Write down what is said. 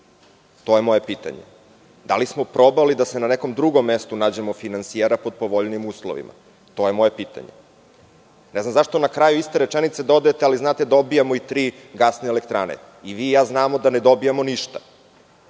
To je moje pitanje. Da li smo probali da na nekom drugom mestu nađemo finansijera pod povoljnijim uslovima? To je moje pitanje. Ne znam zašto na kraju iste rečenice dodajete – ali znate, dobijamo i tri gasne elektrane. I vi i ja znamo da ne dobijamo ništa,